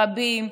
רבים,